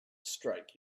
strike